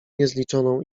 niezliczoną